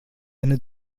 eine